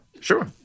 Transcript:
Sure